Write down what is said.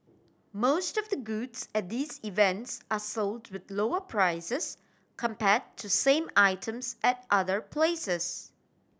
most of the goods at these events are sold with lower prices compare to same items at other places